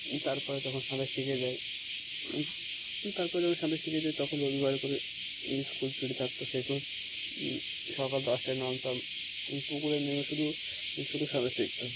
তারপরে যখন সাঁতার শিখে যাই তারপর যখন সাঁতার শিখে যায় তখন রবিবার করে স্কুল ছুটি থাকতো সেসময় সকাল দশটায় নামতাম পুকুরের নেমে শুধু শুধু সাঁতার শিখতাম